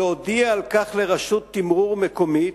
להודיע על כך לרשות תמרור מקומית,